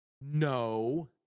no